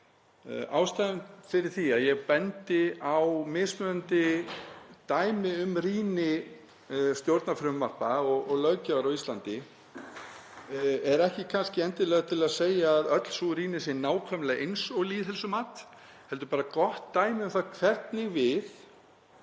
Ástæðan fyrir því að ég bendi á mismunandi dæmi um rýni stjórnarfrumvarpa og löggjafar á Íslandi er ekki kannski endilega til að segja að öll sú rýni sé nákvæmlega eins og lýðheilsumat heldur bara gott dæmi um það hvernig við